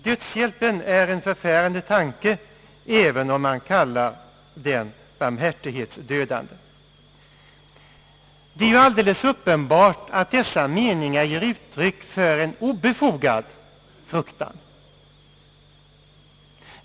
Dödshjälpen är en förfärande tanke även om man kallar den barmhärtighetsdödande.» Det är alldeles uppenbart att dessa meningar ger uttryck för en obefogad fruktan.